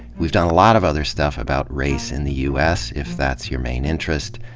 we've done a lot of other stuff about race in the u s, if that's your main interest.